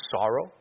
sorrow